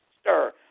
stir